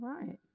right